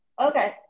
Okay